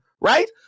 right